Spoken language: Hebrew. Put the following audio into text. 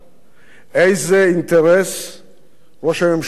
איזה אינטרס ראש הממשלה מייצג,